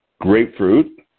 grapefruit